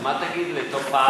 מה תגיד לתופעה,